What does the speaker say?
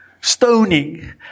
stoning